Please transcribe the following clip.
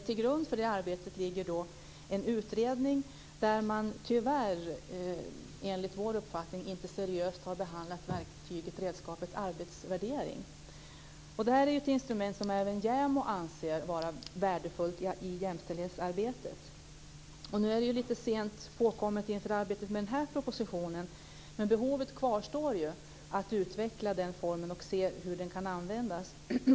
Till grund för det arbetet ligger en utredning där man - enligt vår uppfattning - tyvärr inte seriöst har behandlat redskapet arbetsvärdering. Arbetsvärdering är ett instrument som även JämO anser vara värdefullt i jämställdhetsarbetet. Nu är det lite sent påkommet inför arbetet med den här propositionen, men behovet kvarstår ju att utveckla den formen och se hur den kan användas.